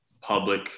public